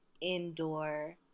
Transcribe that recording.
indoor